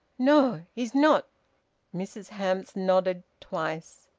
no. he's not mrs hamps nodded twice.